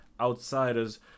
outsiders